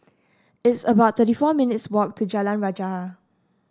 it's about thirty four minutes' walk to Jalan Rajah